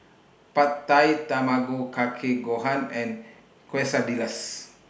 Pad Thai Tamago Kake Gohan and Quesadillas